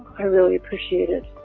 i really appreciate it